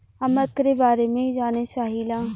हम एकरे बारे मे जाने चाहीला?